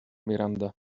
miranda